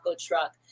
truck